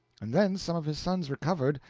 and then some of his sons recovered,